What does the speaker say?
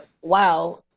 wow